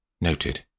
Noted